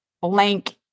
blank